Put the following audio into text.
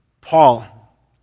Paul